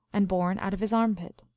and born out of his armpit.